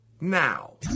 now